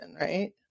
right